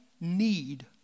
need